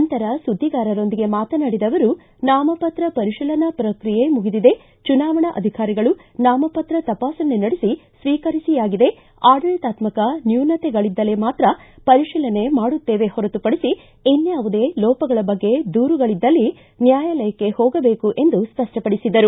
ನಂತರ ಸುದ್ದಿಗಾರೊಂದಿಗೆ ಮಾತನಾಡಿದ ಅವರು ನಾಮಪಕ್ರ ಪರಿಶೀಲನಾ ಪ್ರಕ್ರಿಯೆ ಮುಗಿದಿದೆ ಚುನಾವಣಾಧಿಕಾರಿಗಳು ನಾಮಪಕ್ರ ತಪಾಸಣೆ ನಡೆಸಿ ಸ್ವೀಕರಿಸಿ ಆಗಿದೆ ಆಡಳಿತಾತ್ಮಕ ನ್ಯೂನತೆಗಳಿದ್ದಲ್ಲಿ ಮಾತ್ರ ಪರಿಶೀಲನೆ ಮಾಡುತ್ತೇವೆ ಹೊರತುಪಡಿಸಿ ಇನ್ಶಾವುದೇ ಲೋಪಗಳ ಬಗ್ಗೆ ದೂರುಗಳಿದ್ದಲ್ಲಿ ನ್ಯಾಯಾಲಯಕ್ಕೆ ಹೋಗಬೇಕು ಎಂದು ಸ್ಪಷ್ಟಪಡಿಸಿದರು